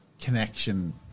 connection